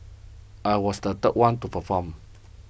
I was the third one to perform